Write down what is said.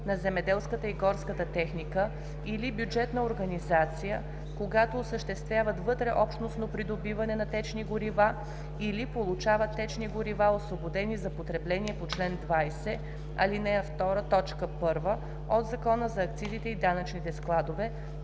на земеделската и горската техника, или бюджетна организация, когато осъществяват вътреобщностно придобиване на течни горива или получават течни горива, освободени за потребление по чл. 20, ал. 2, т. 1 от Закона за акцизите и данъчните складове,